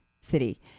City